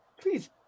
please